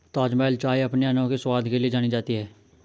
ताजमहल चाय अपने अनोखे स्वाद के लिए जानी जाती है